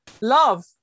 love